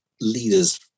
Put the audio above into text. leaders